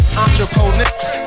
entrepreneurs